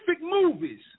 movies